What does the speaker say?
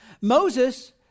Moses